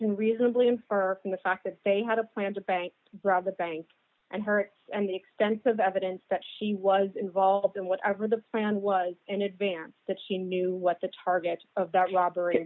can reasonably infer from the fact that they had a plan to bank robbery bank and hertz and the extensive evidence that she was involved in whatever the plan was in advance that she knew what the target of that robbery